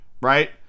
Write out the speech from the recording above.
right